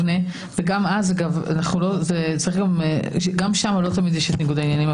וגם שם לא תמיד יש ניגוד עניינים.